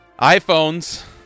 iPhones